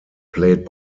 played